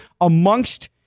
amongst